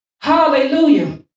Hallelujah